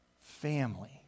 family